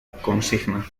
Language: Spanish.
consigna